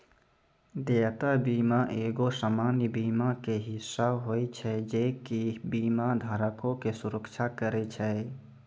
देयता बीमा एगो सामान्य बीमा के हिस्सा होय छै जे कि बीमा धारको के सुरक्षा करै छै